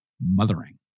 mothering